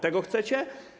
Tego chcecie?